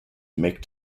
make